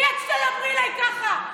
מה עשית בחיים שלך?